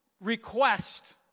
request